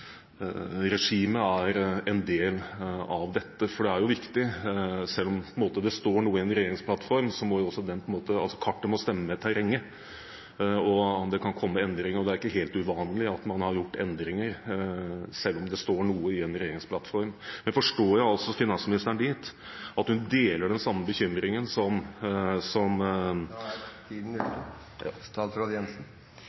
er en del av dette. For det er viktig at selv om det står noe i en regjeringsplattform, må kartet stemme med terrenget. Det kan komme endringer, og det er ikke helt uvanlig at man har gjort endringer selv om det står noe i en regjeringsplattform. Men forstår jeg finansministeren dit at hun deler den samme bekymringen som … Da er tiden